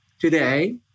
today